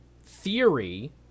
theory